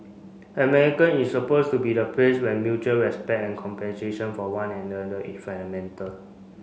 American is supposed to be the place where mutual respect and compensation for one another is fundamental